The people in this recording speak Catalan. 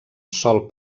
sol